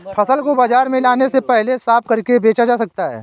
फसल को बाजार में लाने से पहले साफ करके बेचा जा सकता है?